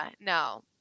no